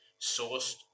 sourced